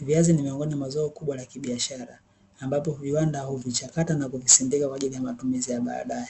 Viazi ni miongoni mwa zao kubwa la kibiashara, ambapo viwanda huvichakata na kuvisindika kwa ajili ya matumizi ya baadae.